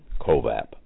CoVAP